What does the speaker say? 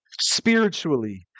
spiritually